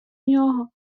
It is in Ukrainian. нього